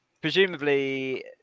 presumably